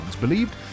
believed